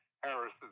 Harris